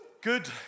Good